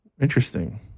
interesting